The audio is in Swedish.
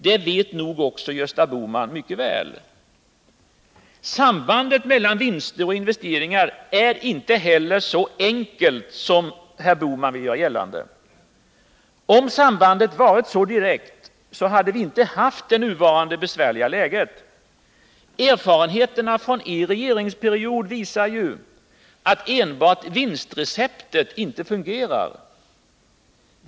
Det vet nog också Gösta Bohman mycket väl. Sambandet mellan vinster och investeringar är inte heller så enkelt som herr Bohman vill göra gällande. Om sambandet hade varit så direkt, hade vi inte haft det nuvarande besvärliga läget. Erfarenheterna från er regeringsperiod visar att enbart vinstreceptet inte fungerar.